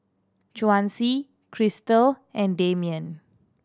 Chauncey Krystal and Damian